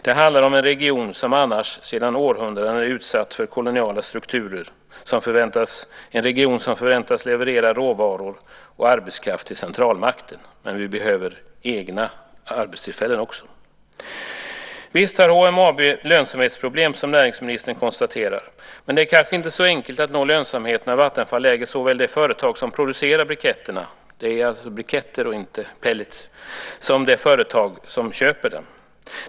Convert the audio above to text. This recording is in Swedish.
Det handlar om en region som annars sedan århundraden har varit utsatt för koloniala strukturer, en region som förväntas leverera råvaror och arbetskraft till centralmakten. Men vi behöver också egna arbetstillfällen. Visst har HMAB lönsamhetsproblem, som näringsministern konstaterade. Men det är kanske inte så enkelt att nå lönsamhet när Vattenfall äger såväl det företag som producerar briketterna - det rör sig alltså om briketter och inte om pellets - som det företag som köper dem.